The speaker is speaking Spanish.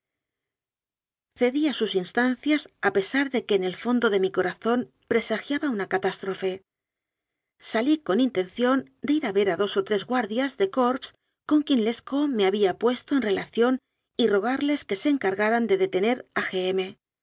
cedí a sus instancias a pesar de que en el fon do de mi corazón presagiaba una catástrofe salí eon intención de ir a ver a dos o tres guardias de corps con quien lescaut me había puesto en re lación y rogarles que se encargaran de detener a